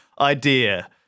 idea